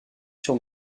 sur